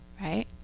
right